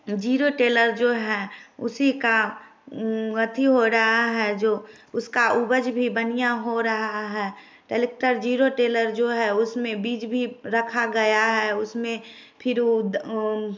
zero tiller जो है उसी का अथी हो रहा है जो उसका उपज भी बढ़िया हो रहा है टलेक्टर जीरो टेलर जो है उसमें बीज भी रखा गया है उसमें फिर वो द